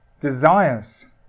desires